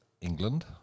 England